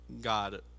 God